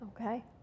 Okay